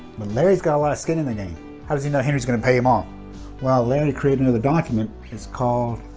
but larry's got a lot of skin in the game how does he know henry's gonna pay him off well larry created another document it's called